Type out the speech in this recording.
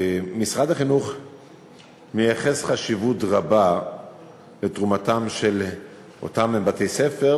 משרד החינוך מייחס חשיבות רבה לתרומתם של אותם בתי-ספר,